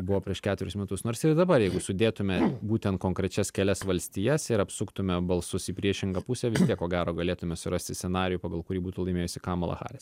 buvo prieš ketverius metus nors ir dabar jeigu sudėtume būtent konkrečias kelias valstijas ir apsuktume balsus į priešingą pusę vis tiek ko gero galėtume surasti scenarijų pagal kurį būtų laimėjusi kamala haris